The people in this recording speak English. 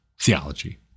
theology